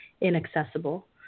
inaccessible